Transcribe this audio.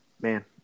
Man